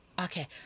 Okay